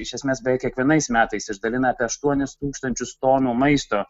iš esmės beveik kiekvienais metais išdalina apie aštuonis tūkstančius tonų maisto